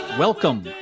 Welcome